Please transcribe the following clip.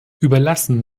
überlassen